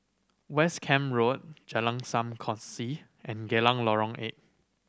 West Camp Road Jalan Sam Kongsi and Geylang Lorong Eight